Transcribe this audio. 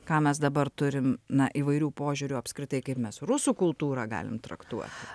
ką mes dabar turim na įvairių požiūrių apskritai kaip mes rusų kultūrą galim traktuoti